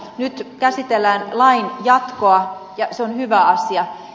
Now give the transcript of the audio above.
nyt käsitellään lain jatkoa ja se on hyvä asia